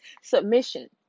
submission